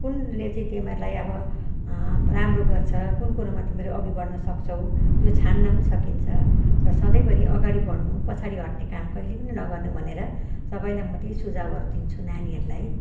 कुनले चाहिँ तिमीहरूलाई अब राम्रो गर्छ कुन कुरोमा तिमीहरू अघि बढ्न सक्छौँ त्यो छान्न पनि सकिन्छ र सधैँभरि अगाडि बढ्नु पछाडि हट्ने काम कहिले पनि नगर्नु भनेर सबैलाई म त्यही सुझाउहरू दिन्छु नानीहरूलाई